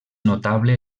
notable